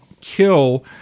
kill